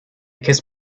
kiss